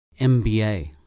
MBA